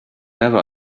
never